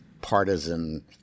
partisan